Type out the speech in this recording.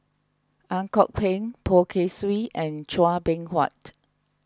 Ang Kok Peng Poh Kay Swee and Chua Beng Huat